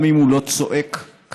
גם אם הוא לא צועק כרגע.